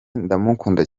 ndamukunda